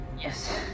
Yes